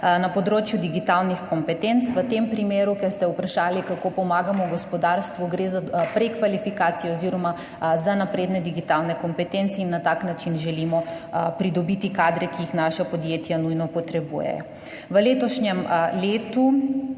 na področju digitalnih kompetenc. V tem primeru, ker ste vprašali, kako pomagamo gospodarstvu, gre za prekvalifikacije oziroma za napredne digitalne kompetence in na tak način želimo pridobiti kadre, ki jih naša podjetja nujno potrebujejo. V letošnjem letu